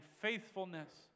faithfulness